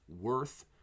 worth